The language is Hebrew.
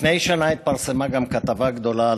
לפני שנה התפרסמה גם כתבה גדולה על